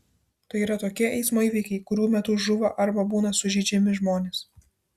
tai yra tokie eismo įvykiai kurių metu žūva arba būna sužeidžiami žmonės